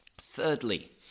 Thirdly